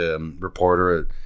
reporter